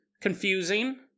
confusing